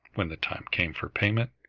when the time came for payment,